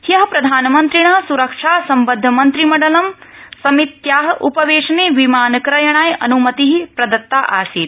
हय प्रधानमन्त्रिण सुरक्षा सम्बदध मन्त्रिमण्डलं समित्या उपवेशने विमान क्रयणाय अन्मति प्रदत्तासीत्